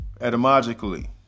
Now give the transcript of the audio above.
etymologically